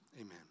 Amen